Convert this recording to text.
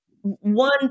one